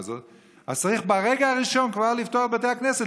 אז צריך ברגע הראשון כבר לפתוח את בתי הכנסת,